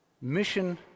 Mission